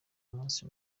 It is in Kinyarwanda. umunsi